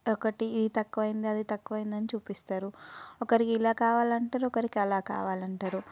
ఒకటి ఇది తక్కువ అయింది అది తక్కువ అయింది అని చూపిస్తారు ఒకరికి ఇలా కావాలి అంటారు ఒకరికి అలా కావాలి అంటారు